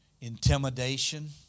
intimidation